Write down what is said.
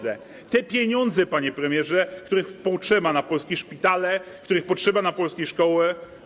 I to są te pieniądze, panie premierze, których potrzeba na polskie szpitale, których potrzeba na polskie szkoły.